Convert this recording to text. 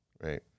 right